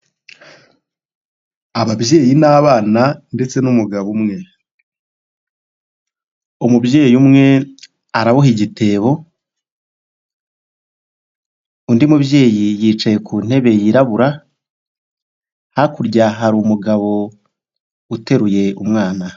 Ababyeyi n'abanaha igitebo mubyeyi yicayebura hakurya ha umugabo uteruye umwana.